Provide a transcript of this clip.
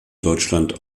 deutschland